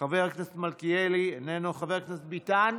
חבר הכנסת מלכיאלי, איננו, חבר הכנסת ביטן,